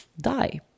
Die